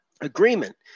agreement